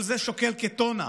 כל זה שוקל כטונה,